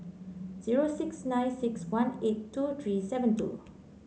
zero six nine six one eight two three seven two